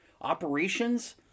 Operations